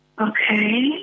Okay